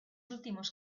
últimos